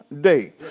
day